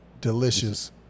delicious